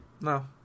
No